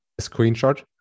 screenshot